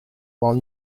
while